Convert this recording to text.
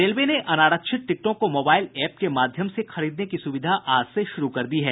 railway ने अनारक्षित टिकटों को मोबाइल ऐप के माध्यम से खरीदने की सुविधा आज से शुरू कर दी है